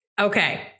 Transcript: Okay